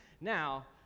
Now